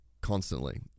constantly